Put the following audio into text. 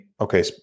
okay